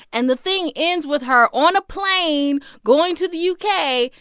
and the thing ends with her on a plane going to the u k.